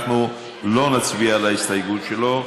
שזו גם הצעת חוק פרטית שלו.